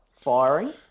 Firing